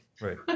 Right